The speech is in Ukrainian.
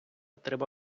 треба